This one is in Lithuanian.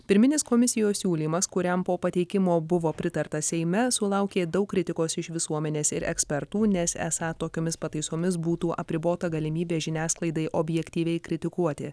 pirminis komisijos siūlymas kuriam po pateikimo buvo pritarta seime sulaukė daug kritikos iš visuomenės ir ekspertų nes esą tokiomis pataisomis būtų apribota galimybė žiniasklaidai objektyviai kritikuoti